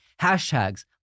Hashtags